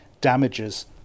damages